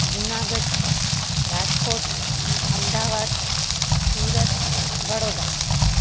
Junagadh Rajkot Ahmedabad Surat Baroda